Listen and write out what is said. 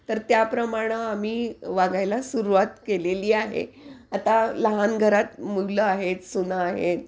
तर त्याप्रमाणं आम्ही वागायला सुरुवात केलेली आहे आता लहान घरात मुलं आहेत सुना आहेत